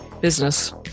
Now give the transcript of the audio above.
business